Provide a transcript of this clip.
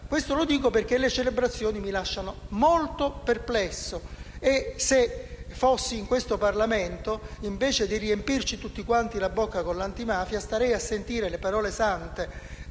Questo lo dico perché le celebrazioni mi lasciano molto perplesso. Se fossi in questo Parlamento, invece di riempirmi la bocca con l'antimafia starei a sentire le parole sante